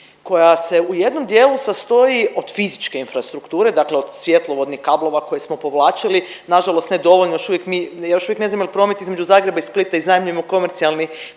koja se u jednom dijelu sastoji od fizičke infrastrukture dakle od svjetlovodnih kablova koje smo povlačili nažalost ne dovoljno još uvijek mi, još uvijek ne znamo je promet između Zagreba i Splita iznajmljujemo komercijalni